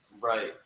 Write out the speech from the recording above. Right